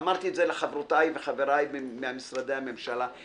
ואמרתי את זה לחברותיי וחבריי ממשרדי הממשלה: